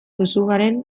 duzubaren